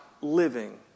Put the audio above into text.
living